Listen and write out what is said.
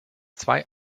zwei